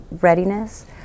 readiness